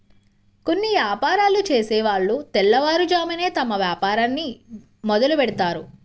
కొన్ని యాపారాలు చేసేవాళ్ళు తెల్లవారుజామునే తమ వ్యాపారాన్ని మొదలుబెడ్తారు